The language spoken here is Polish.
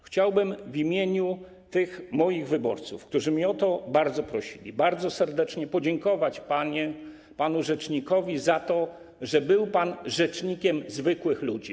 Chciałbym w imieniu tych moich wyborców, którzy mnie o to bardzo prosili, bardzo serdecznie podziękować panu rzecznikowi za to, że był pan rzecznikiem zwykłych ludzi.